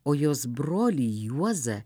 o jos brolį juozą